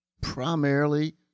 primarily